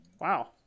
Wow